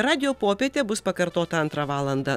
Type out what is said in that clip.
radijo popietė bus pakartota antrą valandą